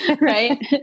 Right